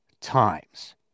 times